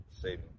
saving